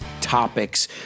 topics